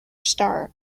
start